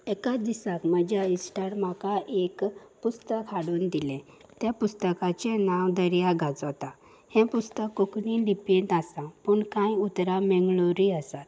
एकाच दिसाक म्हज्या आयस्टार म्हाका एक पुस्तक हाडून दिलें त्या पुस्तकाचें नांव दर्या गाजोता हें पुस्तक कोंकणी लिपीन आसा पूण कांय उतरां मेंगलोरीय आसात